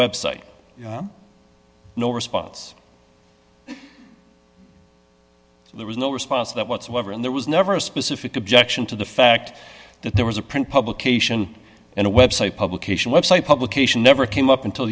site no response there was no response that whatsoever and there was never a specific objection to the fact that there was a print publication and a website publication website publication never came up until